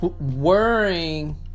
worrying